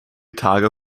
tage